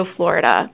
Florida